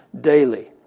daily